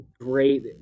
great